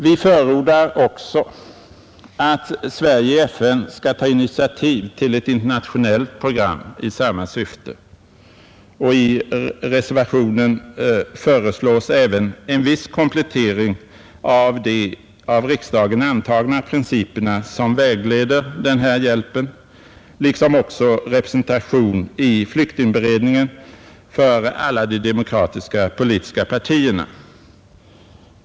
Vi förordar också att Sverige i FN skall ta initiativ till ett internationellt program i samma syfte. I reservationen vid denna punkt föreslås även en viss komplettering av de av riksdagen antagna principer som vägleder denna hjälp liksom också representation i flyktingberedningen för alla de demokratiska politiska partierna.